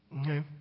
okay